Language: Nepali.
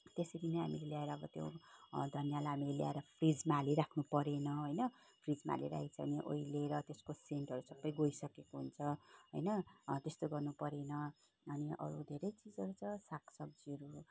त्यसरी नै हामीले ल्याएर अब त्यो धनियाँलाई हामीले ल्याएर फ्रिजमा हालिराख्नु परेन होइन फ्रिजमा हालिराखेको छ भने ओइलिएर सबै त्यसको सेन्टहरू सबै गइसकेको हुन्छ होइन त्यस्तो गर्नपरेन अनि अरू धेरै चिजहरू छ सागसब्जीहरू